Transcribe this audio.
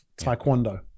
Taekwondo